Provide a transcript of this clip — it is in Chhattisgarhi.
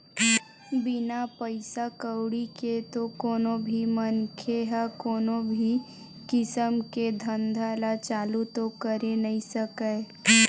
बिना पइसा कउड़ी के तो कोनो भी मनखे ह कोनो भी किसम के धंधा ल चालू तो करे नइ सकय